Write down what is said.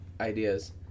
ideas